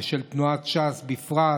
ושל תנועת ש"ס בפרט,